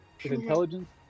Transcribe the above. Intelligence